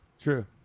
True